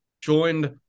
joined